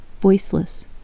Voiceless